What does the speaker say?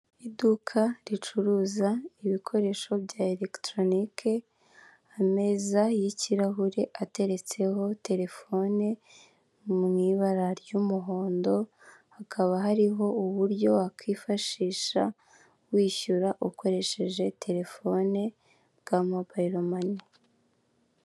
Iduka ricuruza ibikoresho bya eregitoronike, ameza y'ikirahure ateretse ho telefone, mu ibara ry'umuhondo, hakaba hariho uburyo wakwifashisha, wishyura ukoresheje telefone, bwa mobayiro mani.